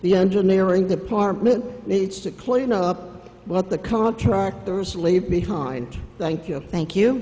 the engineering department needs to clean up what the contractors lay behind thank you